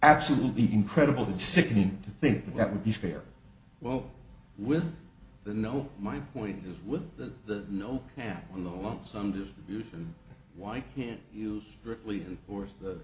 absolutely incredible the sickening to think that would be fair well with the no my point is with the no on the lump sum distribution why didn't you really force the